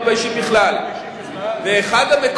לא מתביישים בכלל.